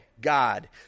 God